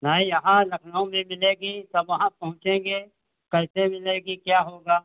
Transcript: मैं यहाँ लखनऊ में मिलेगी कब वहाँ पहुँचेंगे कैसी मिलेगी क्या होगा